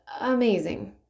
amazing